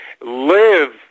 live